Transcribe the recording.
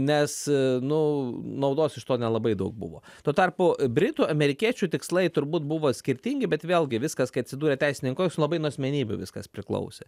nes nu naudos iš to nelabai daug buvo tuo tarpu britų amerikiečių tikslai turbūt buvo skirtingi bet vėlgi viskas kai atsidūrė teisininkus labai nuo asmenybių viskas priklausė